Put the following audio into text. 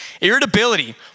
Irritability